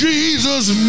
Jesus